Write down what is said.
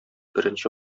беренче